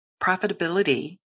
profitability